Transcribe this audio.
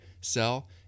sell